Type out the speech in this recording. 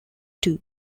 too